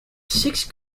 six